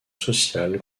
sociale